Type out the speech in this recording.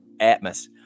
Atmos